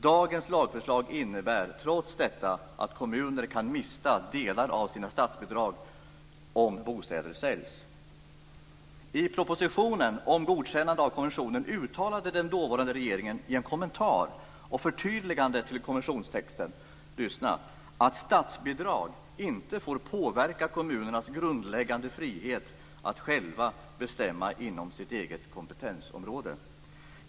Dagens lagförslag innebär att kommuner trots detta kan mista delar av sina statsbidrag om bostäder säljs. I propositionen om godkännande av konventionen uttalade den dåvarande regeringen i en kommentar och ett förtydligande till konventionstexten - lyssna! - att statsbidrag inte får påverka kommunernas grundläggande frihet att själva bestämma inom sitt eget kompetensområde.